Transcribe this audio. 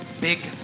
Big